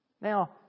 Now